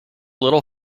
little